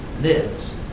lives